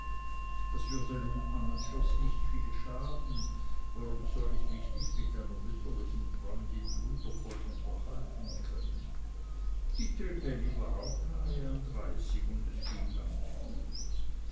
das würde nun an und für sich nicht viel schaden warum soll ich mich nicht mit einer mütterlichen freundin wundervoll unterhalten können die trippelli war auch nahe an dreißig und es ging ganz gut